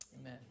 Amen